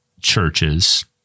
churches